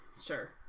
sure